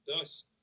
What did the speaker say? thus